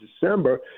December